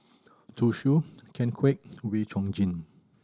Zhu Xu Ken Kwek Wee Chong Jin